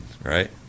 Right